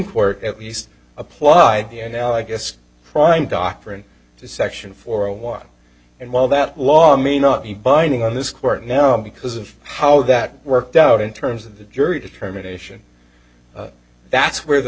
court at least applied here now i guess the prime doctrine to section for a while and while that law may not be binding on this court now because of how that worked out in terms of the jury determination that's where the